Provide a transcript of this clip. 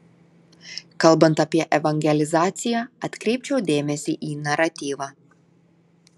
kalbant apie evangelizaciją atkreipčiau dėmesį į naratyvą